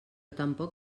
tampoc